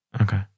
Okay